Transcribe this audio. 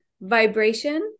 vibration